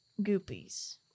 goopies